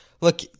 Look